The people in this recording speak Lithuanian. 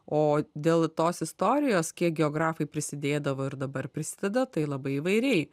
o dėl tos istorijos kiek geografai prisidėdavo ir dabar prisideda tai labai įvairiai